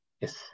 Yes